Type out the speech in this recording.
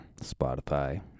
Spotify